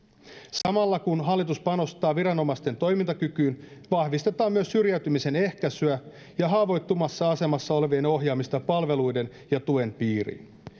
samalla kun hallitus panostaa viranomaisten toimintakykyyn vahvistetaan myös syrjäytymisen ehkäisyä ja haavoittuvassa asemassa olevien ohjaamista palveluiden ja tuen piiriin